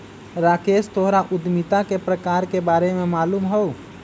राकेश तोहरा उधमिता के प्रकार के बारे में मालूम हउ